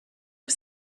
was